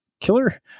killer